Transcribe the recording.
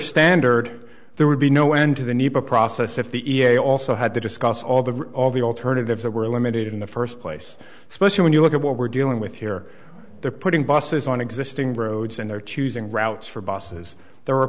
standard there would be no end to the new process if the e a a also had to discuss all the all the alternatives that were eliminated in the first place especially when you look at what we're dealing with here they're putting buses on existing roads and they're choosing routes for busses there are